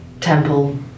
temple